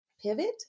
pivot